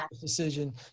decision